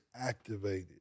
activated